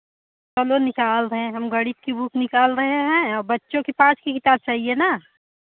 चलो निकाल दें हम गणित की बुक निकाल रहे हैं औ बच्चो के पाँच की किताब चहिए ना